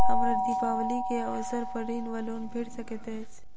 हमरा दिपावली केँ अवसर पर ऋण वा लोन भेट सकैत अछि?